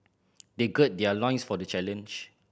they gird their loins for the challenge